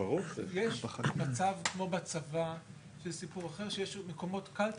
יש מצב כמו בצבא זה סיפור אחר שיש מקומות קלפי